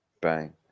Bang